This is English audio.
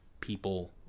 people